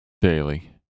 daily